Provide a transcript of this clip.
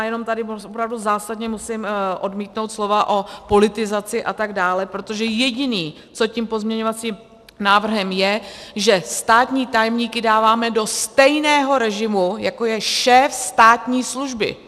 Jenom tady opravdu zásadně musím odmítnout slova o politizaci atd., protože jediné, co za tím pozměňovacím návrhem je, že státní tajemníky dáváme do stejného režimu, jako je šéf státní služby.